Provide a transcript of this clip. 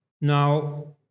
Now